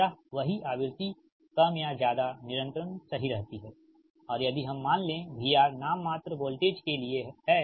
यह वही आवृत्ति कम या ज्यादा निरंतर सही रहती है और यदि हम मान लें VR नाममात्र वोल्टेज के लिए है